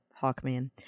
Hawkman